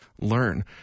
learn